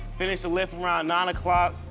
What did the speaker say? finish the lift around nine o'clock.